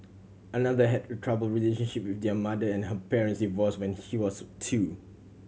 another had a troubled relationship with their mother and her parents divorced when she was two